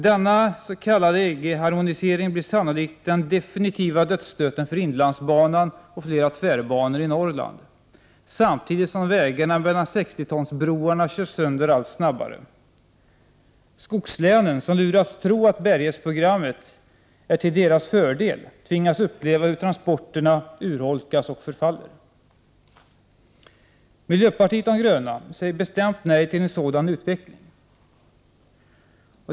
Denna ”EG-harmonisering” blir sannolikt den definitiva dödsstöten för inlandsbanan och flera tvärbanor i Norrland, samtidigt som vägarna mellan 60-tonsbroarna körs sönder allt snabbare. Skogslänen, som lurats tro att bärighetsprogrammet är till deras fördel, tvingas uppleva hur transporterna urholkas och förfaller. Miljöpartiet de gröna säger bestämt nej till en sådan utveckling.